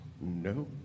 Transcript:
No